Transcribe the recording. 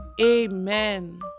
Amen